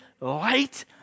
light